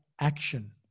action